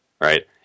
right